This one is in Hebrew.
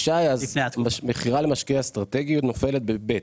ישי אז מכירה למשקיעי אסטרטגיות נופלת ב-ב',